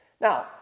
Now